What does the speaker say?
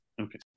Okay